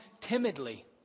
timidly